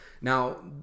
Now